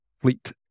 fleet